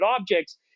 objects